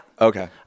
Okay